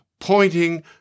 pointing